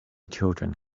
children